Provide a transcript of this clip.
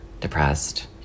depressed